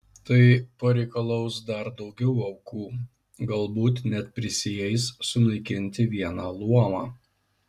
tai pareikalaus dar daugiau aukų galbūt net prisieis sunaikinti vieną luomą